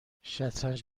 شطرنج